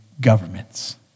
governments